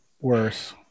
worse